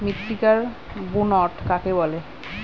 মৃত্তিকার বুনট কাকে বলে?